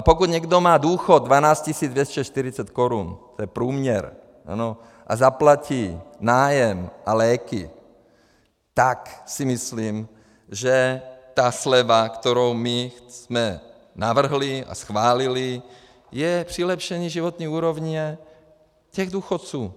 Pokud někdo má důchod 12 240 korun, to je průměr, a zaplatí nájem a léky, tak si myslím, že ta sleva, kterou jsme navrhli a schválili, je přilepšení životní úrovně všech důchodců.